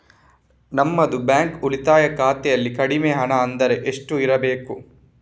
ನಮ್ಮದು ಬ್ಯಾಂಕ್ ಉಳಿತಾಯ ಖಾತೆಯಲ್ಲಿ ಕಡಿಮೆ ಹಣ ಅಂದ್ರೆ ಎಷ್ಟು ಇರಬೇಕು?